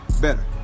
better